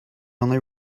only